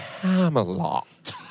Camelot